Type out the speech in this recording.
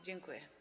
Dziękuję.